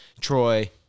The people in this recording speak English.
Troy